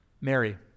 Mary